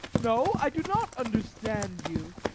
no, i do not understand you.